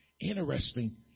Interesting